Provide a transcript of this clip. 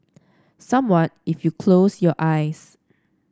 someone if you close your eyes